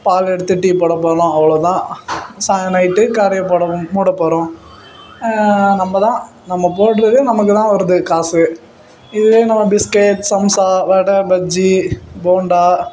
பால் எடுத்து டீ போடப் போகிறோம் அவ்வளோ தான் சா நைட்டு கடையை போடவும் மூடப் போகிறோம் நம்ம தான் நம்ம போடுறது நமக்கு தான் வருது காசு இதிலேயே நம்ம பிஸ்கெட்ஸ் சமோசா வடை பஜ்ஜி போண்டா